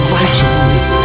righteousness